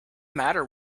matter